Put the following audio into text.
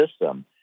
system